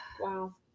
Wow